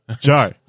Joe